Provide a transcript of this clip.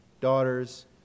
daughters